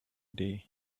day